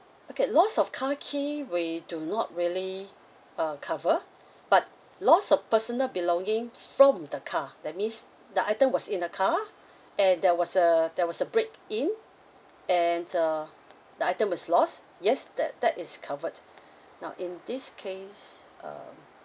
okay loss of car key we do not really uh cover but loss of personal belonging from the car that means the item was in the car and there was a there was a break in and uh the item was lost yes that that is covered now in this case um